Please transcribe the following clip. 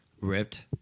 Ripped